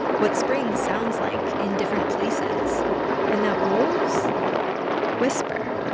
what spring sounds like in different places and that wolves whisper